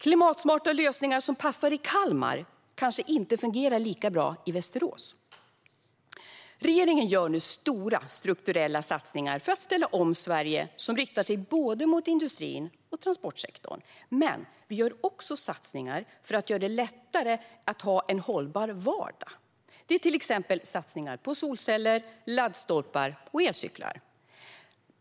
Klimatsmarta lösningar som passar i Kalmar kanske inte fungerar lika bra i Västerås. För att ställa om Sverige gör nu regeringen stora strukturella satsningar som riktar sig mot både industrin och transportsektorn. Vi gör också satsningar för att göra det lättare att ha en hållbar vardag. Det handlar om satsningar på till exempel solceller, laddstolpar och elcyklar.